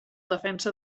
defensa